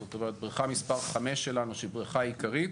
זאת אומרת בריכה מספר 5 שלנו שהיא הבריכה העיקרית